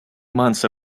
months